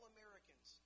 Americans